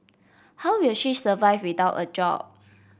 how will she survive without a job